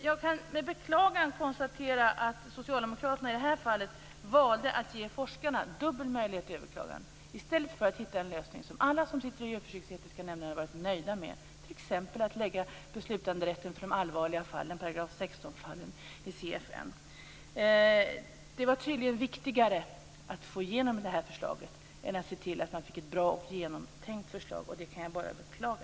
Jag konstaterar med beklagan att Socialdemokraterna har valt att ge forskarna dubbel möjlighet till överklagande, i stället för att hitta en lösning som alla som sitter i djurförsöksetiska nämnderna kan vara nöjda med - t.ex. att förlägga beslutanderätten för de allvarliga § 16-fallen till CFN. Det var tydligen viktigare att få igenom förslaget än att se till att det är genomtänkt. Det kan jag bara beklaga.